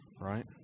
right